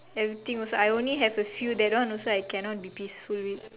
everything also I only have a few and that one I cannot be peaceful with